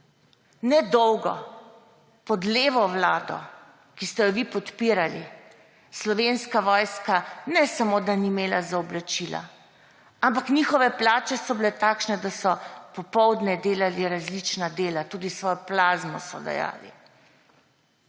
Ne dolgo pod levo vlado, ki ste jo vi podpirali, Slovenska vojska ne samo da ni imela za oblačila, ampak njihove plače so bile takšne, da so popoldne delali različna dela, tudi svojo plazmo so dajali.